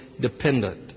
dependent